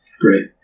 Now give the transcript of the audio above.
Great